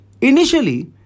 Initially